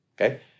okay